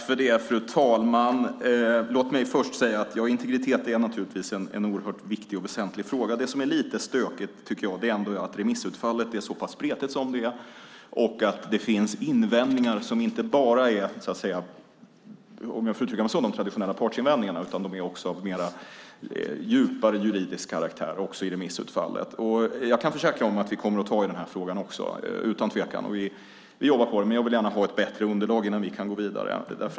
Fru talman! Låt mig först säga att integritet naturligtvis är en oerhört viktig fråga. Det jag tycker är lite stökigt är att remissutfallet är så pass spretigt som det är och att det finns invändningar som inte bara är, om jag får uttrycka mig så, de traditionella partsinvändningarna utan även av djupare juridisk karaktär. Jag kan försäkra att vi kommer att ta tag i frågan, utan tvekan. Vi jobbar på det, men jag vill gärna ha ett bättre underlag innan vi kan gå vidare.